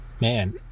man